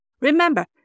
Remember